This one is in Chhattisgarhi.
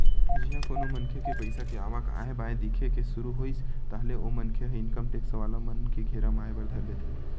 जिहाँ कोनो मनखे के पइसा के आवक आय बाय दिखे के सुरु होइस ताहले ओ मनखे ह इनकम टेक्स वाला मन के घेरा म आय बर धर लेथे